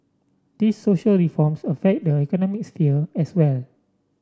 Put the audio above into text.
these social reforms affect the economic sphere as well